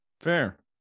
Fair